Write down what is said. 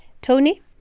Tony